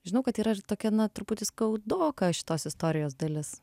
žinau kad yra ir tokia truputį skaudoka šitos istorijos dalis